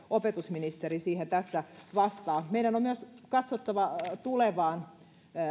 opetusministeri siihen tässä vastaa meidän on myös katsottava tulevaan